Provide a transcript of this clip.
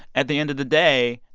at the end of the day,